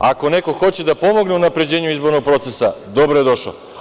Ako neko hoće da pomogne u unapređenju izbornog procesa, dobro je došao.